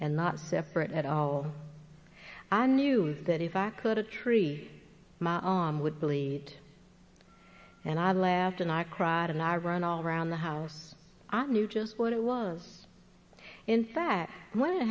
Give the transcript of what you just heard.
and not separate at all and news that in fact hurt a tree mom would bleed and i laughed and i cried and i run all around the house i knew just what it was in fact when it